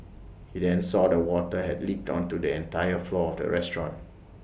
he then saw the water had leaked onto the entire floor of the restaurant